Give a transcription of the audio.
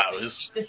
hours